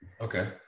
Okay